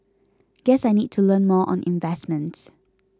guess I need to learn more on investments